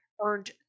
earned